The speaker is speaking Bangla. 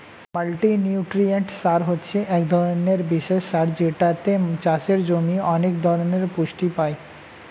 মাল্টিনিউট্রিয়েন্ট সার হচ্ছে এক ধরণের বিশেষ সার যেটাতে চাষের জমি অনেক ধরণের পুষ্টি পায়